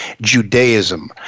Judaism